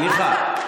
סליחה,